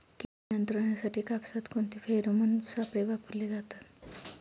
कीड नियंत्रणासाठी कापसात कोणते फेरोमोन सापळे वापरले जातात?